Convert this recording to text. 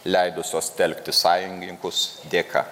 leidusios telkti sąjungininkus dėka